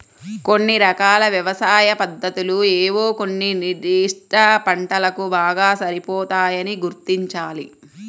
కొన్ని రకాల వ్యవసాయ పద్ధతులు ఏవో కొన్ని నిర్దిష్ట పంటలకు బాగా సరిపోతాయని గుర్తించాలి